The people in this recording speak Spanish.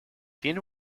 tiene